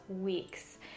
Weeks